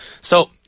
So-